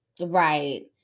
Right